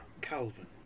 Calvin